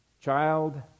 child